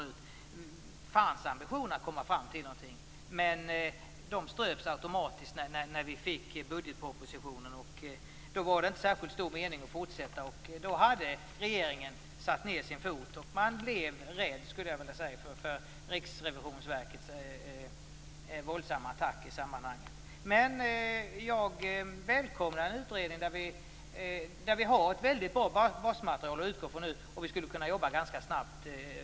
Det fanns ambitioner att komma fram till någonting. Men de ströks automatiskt när vi fick budgetpropositionen. Då var det inte särskilt stor mening att fortsätta. Då hade regeringen satt ned sin fot. Man blev rädd, skulle jag vilja säga, för Riksrevisionsverkets våldsamma attack i sammanhanget. Men jag välkomnar en utredning. Vi har ett mycket bra basmaterial att utgå från nu, och en sådan utredning skulle kunna jobba ganska snabbt.